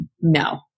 no